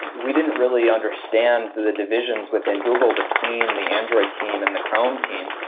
we didn't really understand the divisions within google between the android team and the chrome team.